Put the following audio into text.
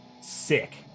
Sick